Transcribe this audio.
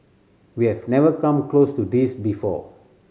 we have never come close to this before